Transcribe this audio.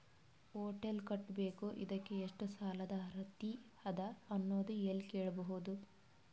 Hotel ಕಟ್ಟಬೇಕು ಇದಕ್ಕ ಎಷ್ಟ ಸಾಲಾದ ಅರ್ಹತಿ ಅದ ಅನ್ನೋದು ಎಲ್ಲಿ ಕೇಳಬಹುದು?